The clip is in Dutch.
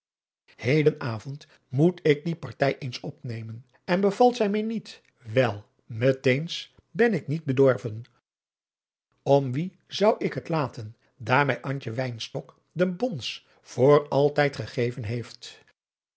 heden avond moet ik die partij eens opnemen en bevalt zij mij niet wel met eens ben ik niet bedorven om wie zou ik het laten daar mij antje wynstok de bons voor altijd gegeven heeft